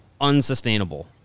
unsustainable